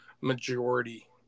majority